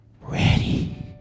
ready